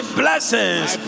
blessings